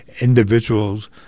individuals